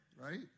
right